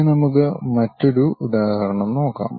ഇനി നമുക്ക് മറ്റൊരു ഉദാഹരണം നോക്കാം